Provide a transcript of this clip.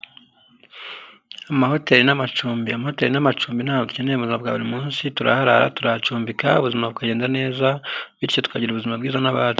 Amahoteli n'amacumbi. Amamoteri n'amacumbi ni ahantu dukeneye mu buzima bwa buri munsi, turahara turahacumbika ubuzima bukagenda neza, bityo bigatuma tugira ubuzima bwiza n'abandi.